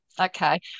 okay